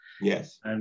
Yes